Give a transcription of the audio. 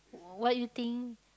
what you think